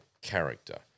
character